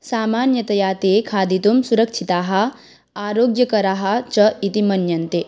सामान्यतया ते खादितुं सुरक्षिताः आरोग्यकराः च इति मन्यन्ते